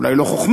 אולי לא חוכמה,